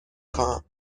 خواهم